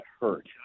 hurt